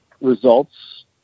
results